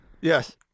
Yes